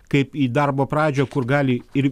kaip į darbo pradžią kur gali ir